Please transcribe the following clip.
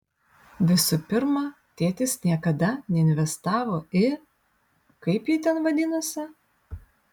visų pirma tėtis niekada neinvestavo į kaip ji ten vadinosi